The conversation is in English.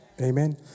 Amen